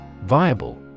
Viable